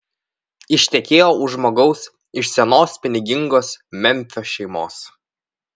ištekėjo už žmogaus iš senos pinigingos memfio šeimos